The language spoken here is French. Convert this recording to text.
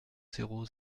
zéro